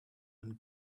and